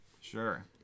Sure